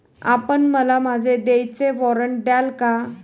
आपण मला माझे देयचे वॉरंट द्याल का?